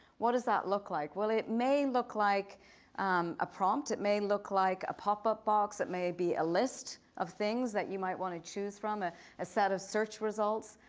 what does that look like? well, it may look like a prompt. it may look like a pop-up box, it may be a list of things that you might want to choose from a a set of search results,